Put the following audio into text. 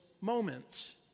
moments